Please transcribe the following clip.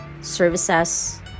services